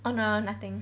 oh no no nothing